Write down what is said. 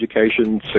education